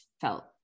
felt